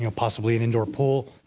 ah possibly an indoor pool,